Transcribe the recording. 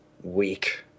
Weak